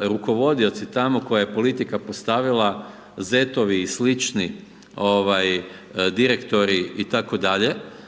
rukovodioci tamo koje je politika postavila, zetovi i slični direktori itd.,